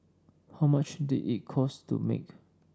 how much did it cost to make